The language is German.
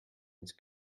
ins